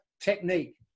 technique